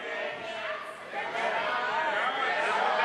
להסיר מסדר-היום את הצעת חוק פיקוח על מחירי מצרכים ושירותים (תיקון,